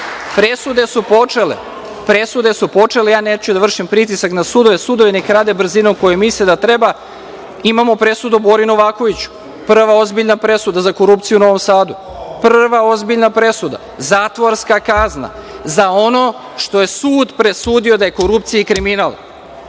Presude su počele, neću da vršim pritisak na sudove, sudovi neka rade brzinom kojom misle da treba. Imamo presudu o Bori Novakoviću, prva ozbiljna presuda za korupciju u Novom Sadu, prva ozbiljna presuda, zatvorska kazna za ono što je sud presudio da je korupcija i kriminal.